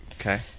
Okay